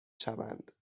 شوند